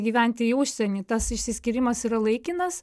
gyventi į užsienį tas išsiskyrimas yra laikinas